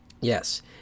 Yes